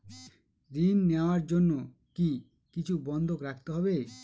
ঋণ নেওয়ার জন্য কি কিছু বন্ধক রাখতে হবে?